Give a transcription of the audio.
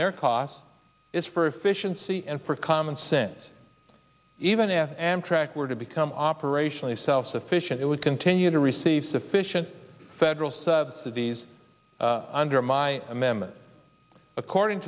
their costs is for efficiency and for common sense even after amtrak were to become operationally self sufficient it would continue to receive sufficient federal subsidies under my a member according